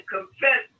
Confess